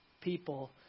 people